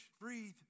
breathe